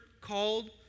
called